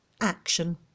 Action